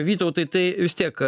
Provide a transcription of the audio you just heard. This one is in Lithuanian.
vytautai tai vis tiek